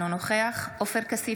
אינו נוכח עופר כסיף,